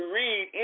read